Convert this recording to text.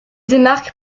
démarque